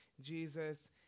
Jesus